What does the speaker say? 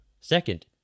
Second